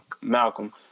Malcolm